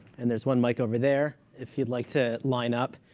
and there's one mic over there if you'd like to line up.